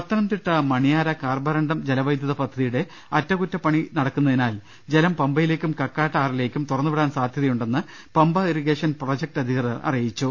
Pathanamthitta Maniyar Carborundum ജലവൈദ്യുത പദ്ധതിയുടെ അറ്റകുറ്റപ്പണി നടക്കുന്നതിനാൽ ജലം പമ്പയിലേക്കും കാക്കാട്ട് ആറി ലേക്കും തുറന്നുവിടാൻ സാധൃതയുണ്ടെന്ന് പമ്പ ഇറിഗേഷൻ പ്രൊജക്ട് അധികൃതർ അറിയിച്ചു